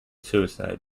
suicide